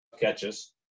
catches